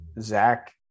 Zach